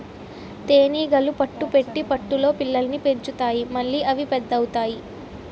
తేనీగలు పట్టు పెట్టి పట్టులో పిల్లల్ని పెంచుతాయి మళ్లీ అవి పెద్ద అవుతాయి